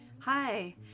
Hi